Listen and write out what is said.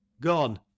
gone